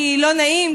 כי לא נעים,